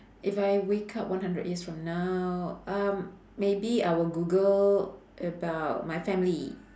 if I wake up one hundred years from now um maybe I will google about my family